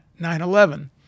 9-11